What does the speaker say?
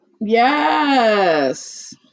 Yes